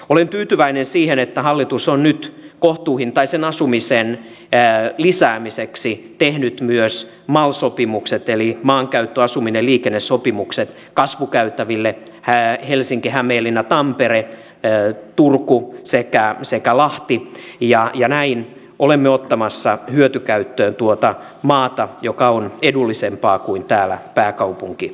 olen tyytyväinen siihen että hallitus on nyt kohtuuhintaisen asumisen lisäämiseksi tehnyt myös mal sopimukset eli maankäytön asumisen ja liikenteen sopimukset kasvukäytäville helsinkihämeenlinnatampere turku sekä lahti ja näin olemme ottamassa hyötykäyttöön tuota maata joka on edullisempaa kuin täällä pääkaupunkiseudulla